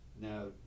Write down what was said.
now